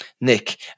Nick